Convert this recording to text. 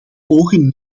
ogen